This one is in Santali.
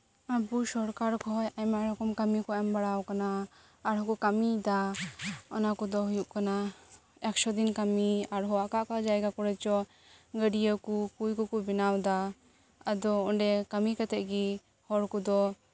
ᱟᱵᱚ ᱥᱚᱨᱠᱟᱨ ᱠᱷᱚᱱ ᱟᱭᱢᱟ ᱨᱚᱠᱚᱢ ᱠᱟᱹᱢᱤ ᱠᱚ ᱮᱢ ᱵᱟᱲᱟᱣ ᱟᱠᱟᱱᱟ ᱟᱨ ᱦᱚᱸᱠᱚ ᱠᱟᱹᱢᱤᱭ ᱮᱫᱟ ᱚᱱᱟ ᱠᱚᱫᱚ ᱦᱩᱭᱩᱜ ᱠᱟᱱᱟ ᱮᱠᱥᱚ ᱫᱤᱱ ᱠᱟᱹᱢᱤ ᱟᱨᱦᱚᱸ ᱚᱠᱟ ᱚᱠᱟ ᱡᱟᱭᱜᱟ ᱠᱚᱨᱮᱪᱚ ᱜᱟᱹᱰᱭᱟᱹᱠᱚ ᱠᱩᱧ ᱠᱚᱠᱚ ᱵᱮᱱᱟᱣ ᱮᱫᱟ ᱟᱫᱚ ᱚᱸᱰᱮ ᱠᱟᱹᱢᱤ ᱠᱟᱛᱮᱫ ᱜᱮ ᱦᱚᱲᱠᱚᱫᱚ